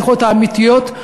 השיחות האמיתיות,